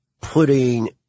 putting